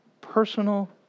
personal